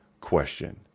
question